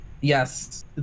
Yes